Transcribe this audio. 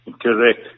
Correct